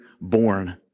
born